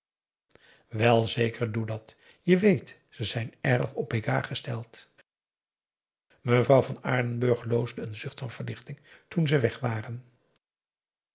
wel zeker doe dat je weet ze zijn erg op égards gesteld mevrouw van aardenburg loosde een zucht van verlichting toen ze weg waren